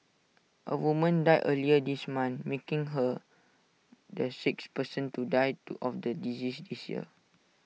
A woman died earlier this month making her the sixth person to die to of the disease this year